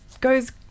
goes